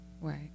Right